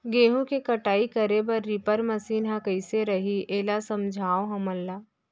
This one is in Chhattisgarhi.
गेहूँ के कटाई करे बर रीपर मशीन ह कइसे रही, एला समझाओ हमन ल?